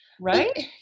Right